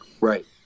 Right